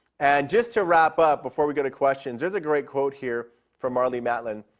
and just to wrap up, before we go to questions, there's a great quote here from marlee matlin,